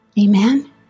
Amen